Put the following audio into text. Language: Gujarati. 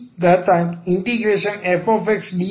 તેથી આ Ixefxdxછે